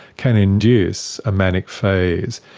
can induce a manic phase.